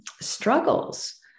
struggles